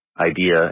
Idea